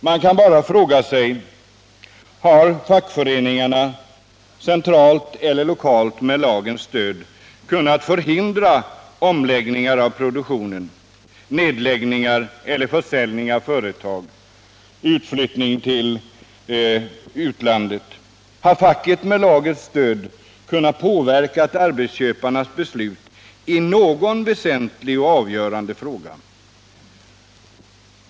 Man kan bara fråga sig: Har fackföreningarna centralt eller lokalt med lagens stöd kunnat förhindra omläggningar i produktionen, nedläggningar eller försäljningar av företag eller utflyttning till utlandet? Har facket med lagens stöd kunnat påverka arbetsköparnas beslut i någon väsentlig och avgörande fråga?